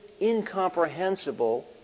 incomprehensible